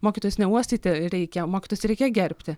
mokytojus ne uostyti reikia mokytojus reikia gerbti